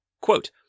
Quote